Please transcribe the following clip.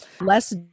Less